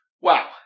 Wow